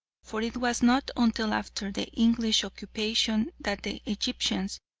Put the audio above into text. for it was not until after the english occupation that the egyptians,